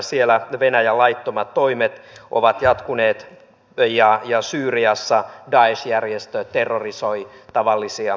ukrainassa venäjän laittomat toimet ovat jatkuneet ja syyriassa daesh järjestö terrorisoi tavallisia ihmisiä